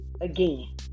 again